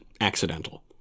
accidental